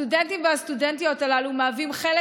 הסטודנטים והסטודנטיות הללו מהווים חלק